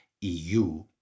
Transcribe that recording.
EU